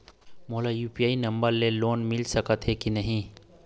मोला UPI number ले loan मिल सकथे कि नहीं?